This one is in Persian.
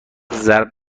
ضرب